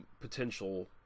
potential